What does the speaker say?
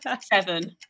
Seven